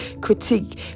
critique